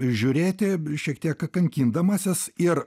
žiūrėti šiek tiek kankindamasis ir